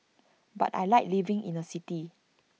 but I Like living in A city